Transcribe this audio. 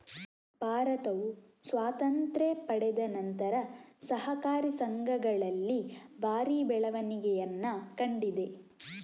ಭಾರತವು ಸ್ವಾತಂತ್ರ್ಯ ಪಡೆದ ನಂತರ ಸಹಕಾರಿ ಸಂಘಗಳಲ್ಲಿ ಭಾರಿ ಬೆಳವಣಿಗೆಯನ್ನ ಕಂಡಿದೆ